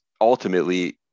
ultimately